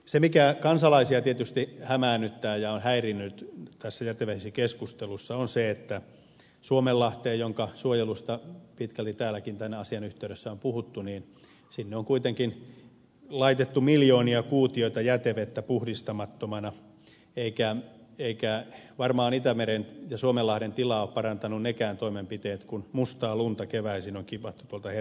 se mikä kansalaisia tietysti hämäännyttää ja on häirinnyt tässä jätevesikeskustelussa on se että suomenlahteen jonka suojelusta pitkälti täälläkin tämän asian yhteydessä on puhuttu on kuitenkin laitettu miljoonia kuutioita jätevettä puhdistamattomana eivätkä varmaan itämeren ja suomenlahden tilaa ole parantaneet nekään toimenpiteet kun mustaa lunta keväisin on kipattu tuolta hernesaaresta mereen